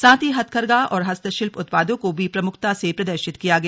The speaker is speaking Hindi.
साथ ही हथकरघा और हस्तशिल्प उत्पादों को भी प्रमुखता से प्रदर्शित किया गया